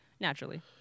Naturally